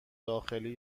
داخلی